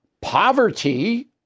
poverty